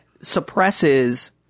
suppresses